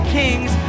kings